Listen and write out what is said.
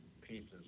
pieces